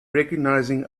recognizing